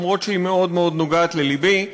אף שהיא מאוד מאוד נוגעת ללבי.